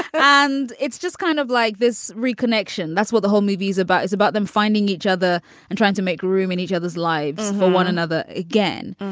and it's just kind of like this reconnection. that's what the whole movie's about, is about them finding each other and trying to make room in each other's lives for one another again.